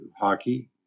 hockey